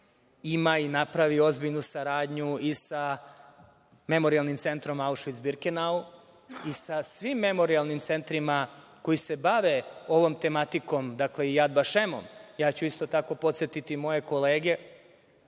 ima i napravi ozbiljnu saradnju i sa Memorijalnim centrom „Aušvic-Birkenau“ i sa svim memorijalnim centrima koji se bave ovom tematikom, i „Jad Vašemom“. Isto tako ću podsetiti moje kolege